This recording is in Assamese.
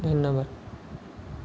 ধন্যবাদ